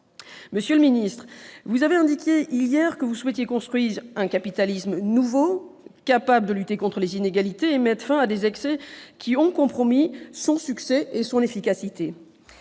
Monsieur le ministre, vous avez indiqué hier que vous souhaitiez « construire un capitalisme nouveau, capable de lutter contre les inégalités, et mettre fin à des excès qui ont compromis son succès et son efficacité.